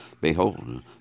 Behold